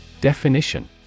Definition